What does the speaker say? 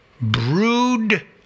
brood